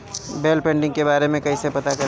Bill pending के बारे में कईसे पता करब?